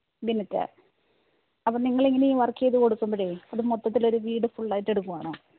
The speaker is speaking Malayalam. ബിനിത്ത് അപ്പം നിങ്ങൾ എങ്ങനെയാണ് ഈ വര്ക്ക് ചെയ്ത് കൊടുക്കുമ്പോൾ അത് മൊത്തത്തിൽ ഒരു വീട് ഫുള്ളായിട്ടെടുക്കുവാണോ